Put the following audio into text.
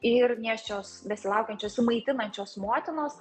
ir nėščios besilaukiančios maitinančios motinos